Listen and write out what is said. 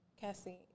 Cassie